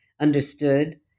understood